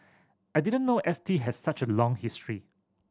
I didn't know S T had such a long history